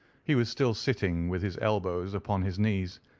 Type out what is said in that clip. he was still sitting with his elbows upon his knees,